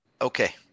Okay